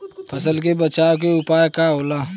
फसल के बचाव के उपाय का होला?